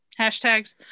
hashtags